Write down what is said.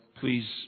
please